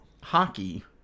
hockey